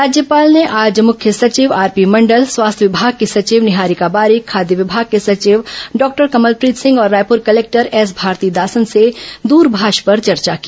राज्यपाल ने आज मुख्य सचिव आरपी मंडल स्वास्थ्य विमाग की सचिव निहारिका बारिक खाद्य विमाग के सचिव डॉक्टर कमलप्रीत सिंह और रायपुर कलेक्टर एस भारतीदासन से दुरमाष पर चर्चा की